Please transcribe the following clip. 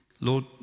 Lord